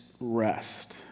rest